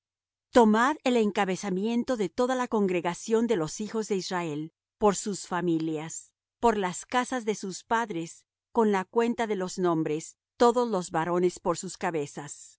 tomad el encabezamiento de toda la congregación de los hijos de israel por sus familias por las casas de sus padres con la cuenta de los nombres todos los varones por sus cabezas